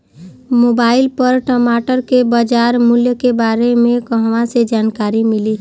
Mobile पर टमाटर के बजार मूल्य के बारे मे कहवा से जानकारी मिली?